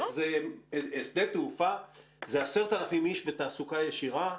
שדה תעופה זה 10,000 איש בתעסוקה ישירה.